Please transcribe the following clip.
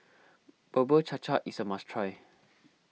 Bubur Cha Cha is a must try